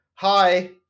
Hi